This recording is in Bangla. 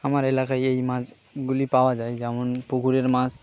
আমার এলাকায় এই মাছগুলি পাওয়া যায় যেমন পুকুরের মাছ